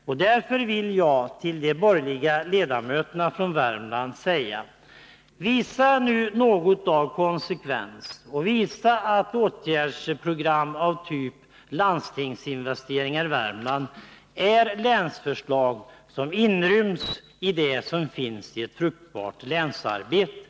Och därför vill jag till de borgerliga ledamöterna från Värmland säga: Visa nu något av konsekvens och visa att åtgärdsprogram av typ landstingsinvesteringar i Värmland är länsförslag som ryms i ett fruktbart länsarbete.